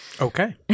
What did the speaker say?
Okay